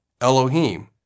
Elohim